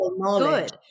good